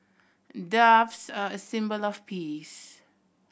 doves are a symbol of peace